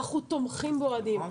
אנחנו תומכים באוהדים.